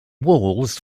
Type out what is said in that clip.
walls